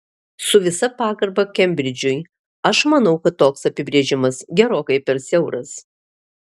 su visa pagarba kembridžui aš manau kad toks apibrėžimas gerokai per siauras